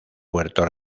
puerto